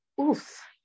Oof